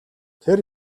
тэр